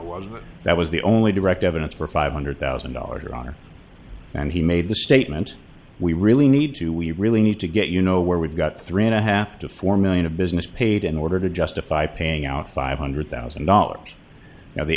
one that was the only direct evidence for five hundred thousand dollars your honor and he made the statement we really need to we really need to get you know where we've got three and a half to four million of business paid in order to justify paying out five hundred thousand dollars now the